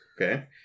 Okay